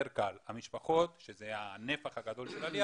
יותר קל, המשפחות, שזה הנפח הגדול של העלייה,